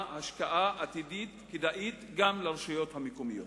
השקעה עתידית כדאית גם לרשויות המקומיות.